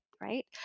right